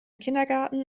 kindergarten